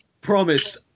promise